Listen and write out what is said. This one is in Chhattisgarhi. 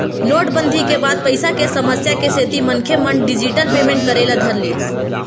नोटबंदी के बाद पइसा के समस्या के सेती मनखे मन डिजिटल पेमेंट करे ल धरिस